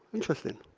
interesting.